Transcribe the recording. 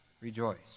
rejoice